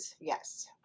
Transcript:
yes